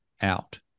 out